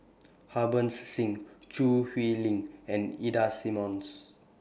Harbans Singh Choo Hwee Lim and Ida Simmons